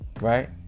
right